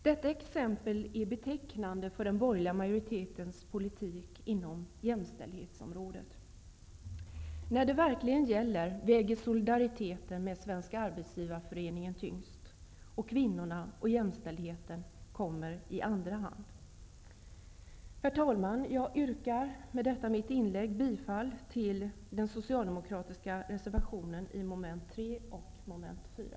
Detta exempel är betecknande för den borgerliga majoritetens politik inom jämställdhetsområdet. När det verkligen gäller väger solidariteten med Svenska arbetsgivareföreningen tyngst. Och kvinnorna och jämställdheten kommer i andra hand. Herr talman! Jag yrkar med detta inlägg bifall till de socialdemokratiska reservationerna angående mom. 3 och 4.